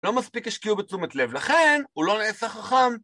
לא מספיק השקיעו בתשומת לב, לכן הוא לא נעשה חכם.